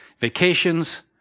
vacations